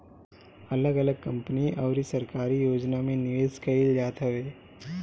अगल अलग कंपनी अउरी सरकारी योजना में निवेश कईल जात हवे